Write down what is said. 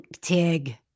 Tig